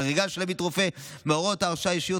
חריגה של עמית רופא מהוראות ההרשאה האישית